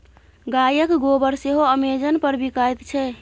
गायक गोबर सेहो अमेजन पर बिकायत छै